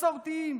מסורתיים,